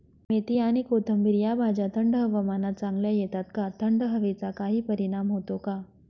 मेथी आणि कोथिंबिर या भाज्या थंड हवामानात चांगल्या येतात का? थंड हवेचा काही परिणाम होतो का?